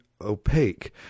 opaque